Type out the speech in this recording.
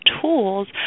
tools